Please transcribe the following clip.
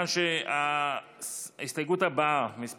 תוצאות ההצבעה הן חמישה בעד, 19 נגד.